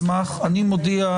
אני מודיע,